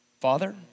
Father